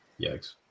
Yikes